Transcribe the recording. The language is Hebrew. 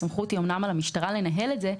הסמכות היא אומנם על המשטרה לנהל את זה,